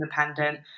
independent